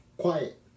quiet